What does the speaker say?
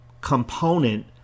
component